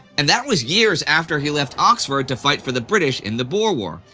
and that was years after he left oxford to fight for the british in the boer war.